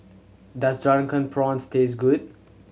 does Drunken Prawns taste good